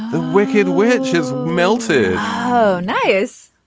wicked witch has melted oh nice.